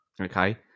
okay